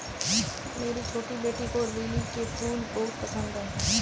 मेरी छोटी बेटी को लिली के फूल बहुत पसंद है